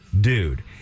dude